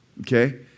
okay